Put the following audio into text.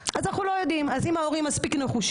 אנחנו לא בייביסיטר, אנחנו חבים בחוק